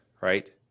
right